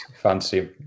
fancy